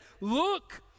look